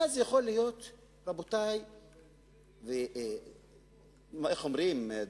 איך אומרים?